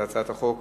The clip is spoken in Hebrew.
לפיכך,